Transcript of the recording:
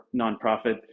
nonprofit